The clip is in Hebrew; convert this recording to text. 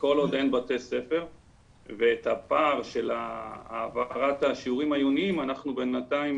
כל עוד אין בתי ספר ואת הפער של העברת השיעורים העיוניים אנחנו בינתיים